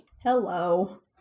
Hello